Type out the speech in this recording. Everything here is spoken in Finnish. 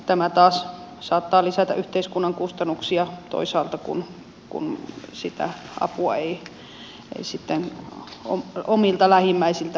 tämä taas saattaa lisätä yhteiskunnan kustannuksia kun toisaalta sitä apua ei sitten omilta lähimmäisiltä pysty saamaan